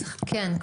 כן.